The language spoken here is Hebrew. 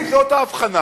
ואם זאת ההבחנה,